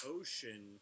ocean